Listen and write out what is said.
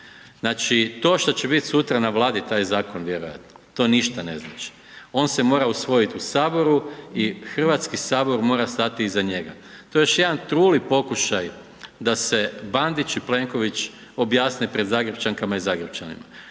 Znači to što će biti sutra na Vladi taj zakon vjerojatno, to ništa ne znači, on se mora usvojit u Saboru i Hrvatski sabor mora stati iza njega, to je još jedan truli pokušaj da se Bandić i Plenković objasne pred Zagrepčankama i Zagrepčanima.